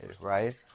right